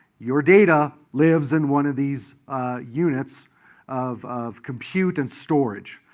your data lives in one of these units of of compute-and-storage.